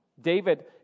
David